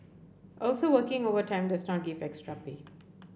also working overtime does not give extra pay